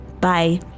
Bye